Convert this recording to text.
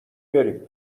بریم